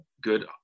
good